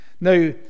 Now